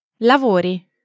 Lavori